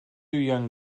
young